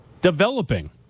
developing